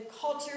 culture